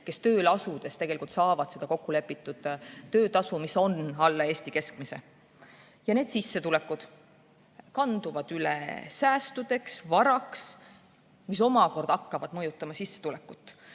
kes tööle asudes saavad seda kokkulepitud töötasu, mis on alla Eesti keskmise. Need sissetulekud kanduvad üle säästudeks, varaks, mis omakorda hakkab mõjutama sissetulekut.